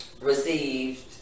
received